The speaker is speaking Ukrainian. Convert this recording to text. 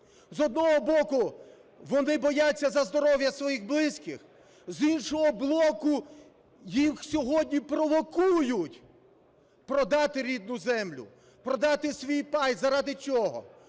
з одного боку, вони бояться за здоров'я своїх близьких, з іншого боку, їх сьогодні провокують продати рідну землю, продати свій пай. Заради чого?